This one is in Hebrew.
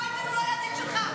ביידן הוא לא ידיד שלך,